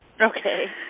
Okay